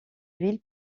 ville